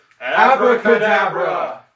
Abracadabra